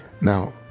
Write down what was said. Now